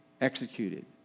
executed